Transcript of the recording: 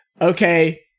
okay